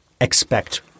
expect